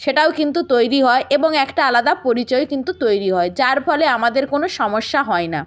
সেটাও কিন্তু তৈরি হয় এবং একটা আলাদা পরিচয় কিন্তু তৈরি হয় যার ফলে আমাদের কোনো সমস্যা হয় না